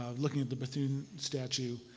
um looking at the bethune statue.